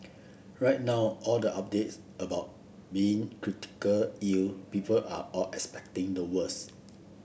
right now all the updates about being critically ill people are all expecting the worse